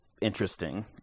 interesting